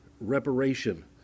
reparation